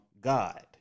god